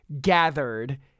gathered